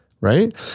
right